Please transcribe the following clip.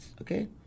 okay